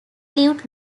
lived